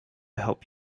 help